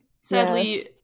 sadly